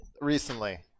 recently